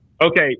Okay